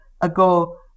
ago